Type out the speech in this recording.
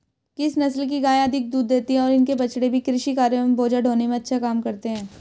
किस नस्ल की गायें अधिक दूध देती हैं और इनके बछड़े भी कृषि कार्यों एवं बोझा ढोने में अच्छा काम करते हैं?